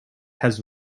has